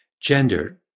gender